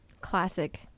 classic